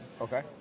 Okay